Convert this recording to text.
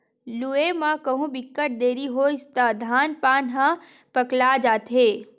लूए म कहु बिकट देरी होइस त धान पान ह पकला जाथे